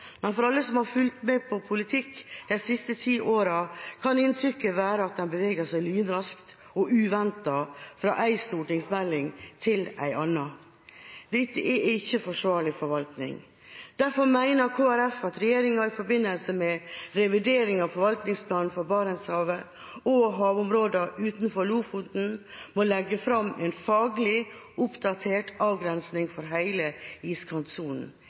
Men for alle som har fulgt med på politikk de siste ti årene, kan inntrykket være at den beveger seg lynraskt og uventet – fra én stortingsmelding til en annen. Dette er ikke forsvarlig forvaltning. Derfor mener Kristelig Folkeparti at regjeringa, i forbindelse med revideringen av forvaltningsplanen for Barentshavet og havområdene utenfor Lofoten, må legge fram en faglig oppdatert avgrensning av hele iskantsonen,